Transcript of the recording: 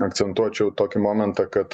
akcentuočiau tokį momentą kad